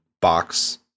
box